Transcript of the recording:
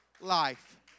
life